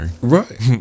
Right